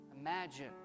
Imagine